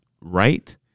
right